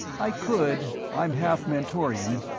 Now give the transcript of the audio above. i could i'm half mentorian,